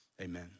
amen